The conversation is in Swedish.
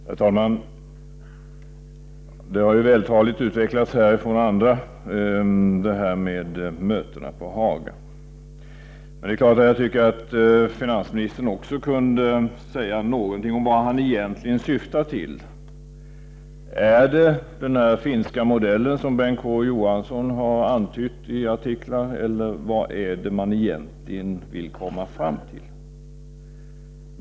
Herr talman! Mötena på Haga har vältaligt utvecklats av andra, men det är klart att jag tycker att finansministern också kunde säga något om vad han egentligen syftar till. Är det den finska modellen, som Bengt K Å Johansson har antytt i artiklar, eller vad är det ni vill komma fram till?